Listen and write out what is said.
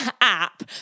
app